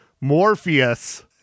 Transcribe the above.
morpheus